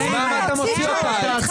אז למה אתה מוציא אותה?